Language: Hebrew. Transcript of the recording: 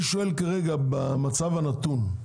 במצב הנתון,